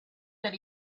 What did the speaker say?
that